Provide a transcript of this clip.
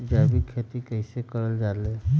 जैविक खेती कई से करल जाले?